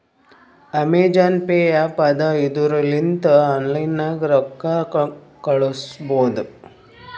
Amazon pay app ಅದಾ ಇದುರ್ ಲಿಂತ ಆನ್ಲೈನ್ ನಾಗೆ ರೊಕ್ಕಾ ಕಳುಸ್ಬೋದ